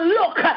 look